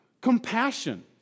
compassion